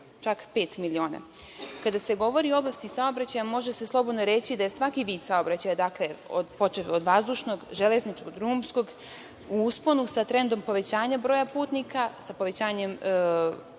čak pet miliona. Kada se govori o oblasti saobraćaja, može se slobodno reći da je svaki vid saobraćaja, počev od vazdušnog, železničkog, drumskog u usponu sa trendom povećanja broja putnika, sa povećanjem